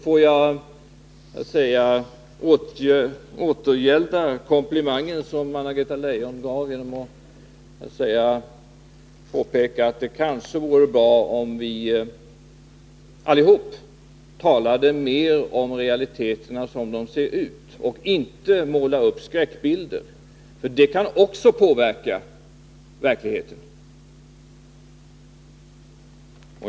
Låt mig återgälda den komplimang som Anna-Greta Leijon gav, genom att påpeka att det kanske vore bra om vi allihop talade mer om realiteterna som de är och inte målade upp skräckbilder. Också sådana kan ha sitt inflytande på verkligheten.